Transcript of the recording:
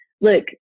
look